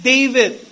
David